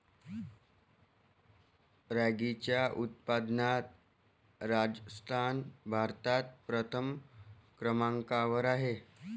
रॅगीच्या उत्पादनात राजस्थान भारतात प्रथम क्रमांकावर आहे